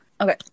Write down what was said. Okay